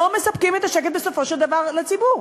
לא מספקים את השקט בסופו של דבר לציבור.